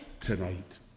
tonight